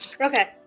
Okay